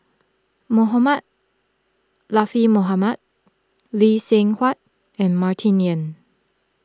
Mohamed Latiff Mohamed Lee Seng Huat and Martin Yan